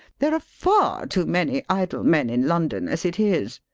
there are far too many idle men in london as it is.